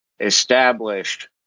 established